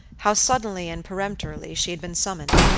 how suddenly and peremptorily she had been summoned,